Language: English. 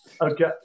okay